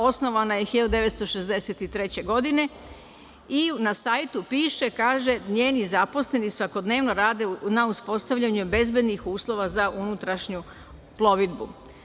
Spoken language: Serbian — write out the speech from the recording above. Osnovana je 1963. godine i na sajtu piše, kaže – njeni zaposleni svakodnevno rade na uspostavljanju bezbednih uslova za unutrašnju plovidbu.